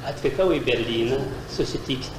atvykau į berlyną susitikti